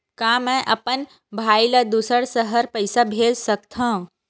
का मैं अपन भाई ल दुसर शहर पईसा भेज सकथव?